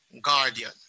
guardian